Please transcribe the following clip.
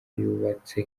yubatse